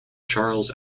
charles